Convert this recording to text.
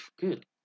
good